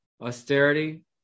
Austerity